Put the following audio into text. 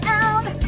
out